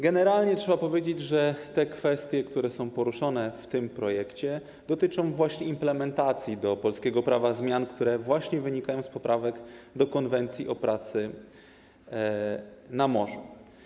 Generalnie trzeba powiedzieć, że te kwestie, które są poruszone w tym projekcie, dotyczą implementacji do polskiego prawa zmian, które wynikają z poprawek do Konwencji o pracy na morzu.